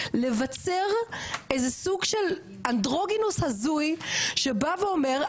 לבצר איזה סוג של אנדרוגינוס הזוי שבא ואומר,